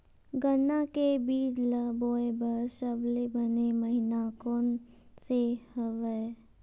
गन्ना के बीज ल बोय बर सबले बने महिना कोन से हवय?